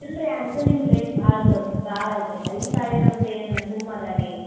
ಅಲ್ರಿ ಅಂತು ನಿಮ್ಮ ರೇಟ್ ಭಾಳ ದೊಡ್ಡ ಭಾಳ್ ಐತ್ರೀ ಐದು ಸಾವಿರ ಅಂದ್ರ ಏನು ಸುಮ್ ಅದಾರಿ